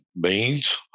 beans